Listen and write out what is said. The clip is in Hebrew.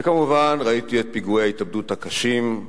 וכמובן, ראיתי את פיגועי ההתאבדות הקשים,